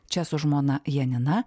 čia su žmona janina